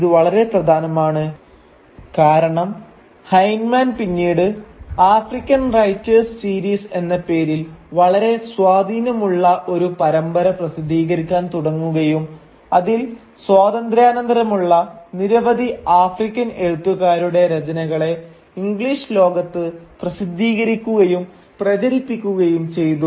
ഇത് വളരെ പ്രധാനമാണ് കാരണം ഹൈൻമാൻ പിന്നീട് ആഫ്രിക്കൻ റൈറ്റേഴ്സ് സീരീസ് എന്ന പേരിൽ വളരെ സ്വാധീനമുള്ള ഒരു പരമ്പര പ്രസിദ്ധീകരിക്കാൻ തുടങ്ങുകയും അതിൽ സ്വാതന്ത്ര്യാനന്തരമുള്ള നിരവധി ആഫ്രിക്കൻ എഴുത്തുകാരുടെ രചനകളെ ഇംഗ്ലീഷ് ലോകത്ത് പ്രസിദ്ധീകരിക്കുകയും പ്രചരിപ്പിക്കുകയും ചെയ്തു